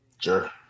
Sure